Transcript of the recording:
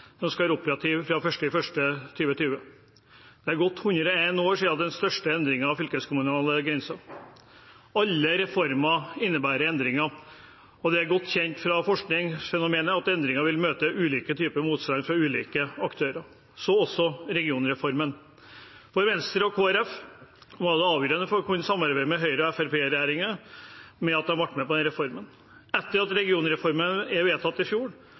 som skal være operative fra 1. januar 2020. Det har gått ca. 100 år siden den største endringen av fylkeskommunale grenser. Alle reformer innebærer endringer, og det er godt kjent fra forskning, det fenomenet at endringer vil møte ulike typer motstand fra ulike aktører, så også regionreformen. For Venstre og Kristelig Folkeparti var det avgjørende for å kunne samarbeide med Høyre–Fremskrittsparti-regjeringen at man ble med på denne reformen. Etter at regionreformen ble vedtatt i fjor,